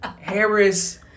Harris